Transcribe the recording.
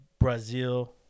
Brazil